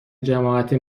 جماعت